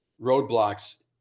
roadblocks